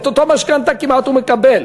את אותה משכנתה כמעט הוא מקבל.